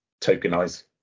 tokenize